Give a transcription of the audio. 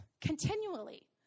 continually